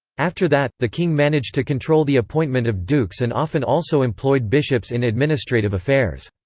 after that, the king managed to control the appointment of dukes and often also employed bishops in administrative affairs.